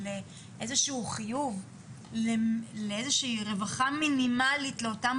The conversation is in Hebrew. איזשהו חיוב לאיזושהי רווחה מינימלית לאותם